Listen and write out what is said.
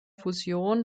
fusion